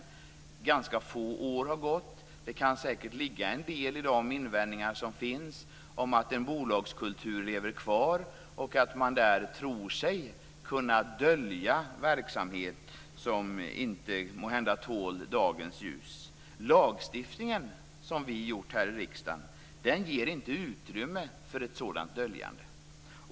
Ganska få år har gått. Det kan säkert ligga en del i de invändningar som finns om att en bolagskultur lever kvar och att man där tror sig kunna dölja verksamhet som måhända inte tål dagens ljus. Den lagstiftning som vi har beslutat här i riksdagen ger inte utrymme för ett sådant döljande.